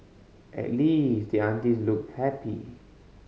at least the aunties looked happy